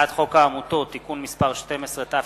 הצעת חוק העמותות (תיקון מס' 12),